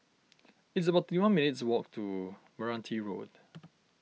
it's about thirty one minutes' walk to Meranti Road